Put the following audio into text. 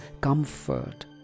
comfort